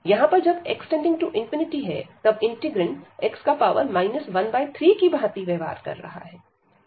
यहां पर जब x→∞ तब इंटीग्रैंड x 13 की भांति व्यवहार करता है